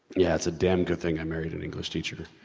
yeah it's a damn good thing i married an english teacher.